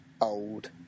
old